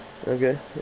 okay